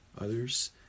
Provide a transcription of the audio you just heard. others